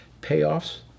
payoffs